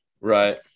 Right